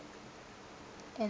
and